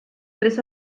tres